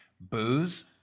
booze